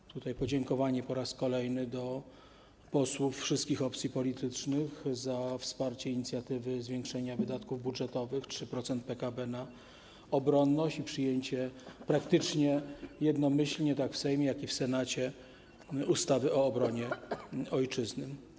Po raz kolejny podziękowania dla posłów wszystkich opcji politycznych za wsparcie inicjatywy zwiększenia wydatków budżetowych - 3% PKB na obronność - i przyjęcie praktycznie jednomyślnie, tak w Sejmie, jak i w Senacie, ustawy o obronie ojczyzny.